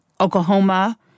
Oklahoma